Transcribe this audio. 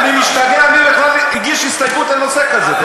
אני משתגע, מי בכלל הגיש הסתייגות על נושא כזה.